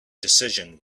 decision